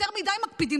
יותר מדי מקפידים.